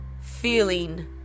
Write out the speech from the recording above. feeling